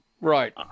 right